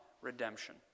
redemption